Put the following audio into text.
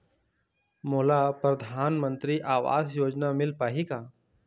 मोला परधानमंतरी आवास योजना मिल पाही का?